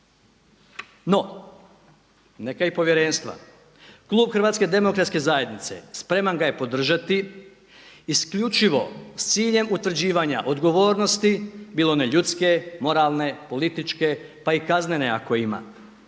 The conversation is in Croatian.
No, neka je i povjerenstva, klub Hrvatske demokratske zajednice spreman ga je podržati isključivo s ciljem utvrđivanja odgovornosti bilo one ljudske, moralne, političke pa i kaznene ako ima.